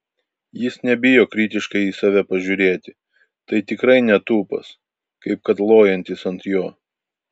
jis nebijo kritiškai į save pažiūrėti tai tikrai netūpas kaip kad lojantys ant jo